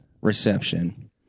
reception